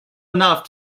enough